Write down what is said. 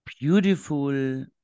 beautiful